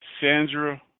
Sandra